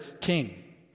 king